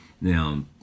now